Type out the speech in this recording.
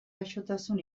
gaixotasun